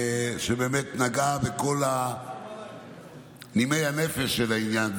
שבאמת נגעה בכל נימי הנפש של העניין,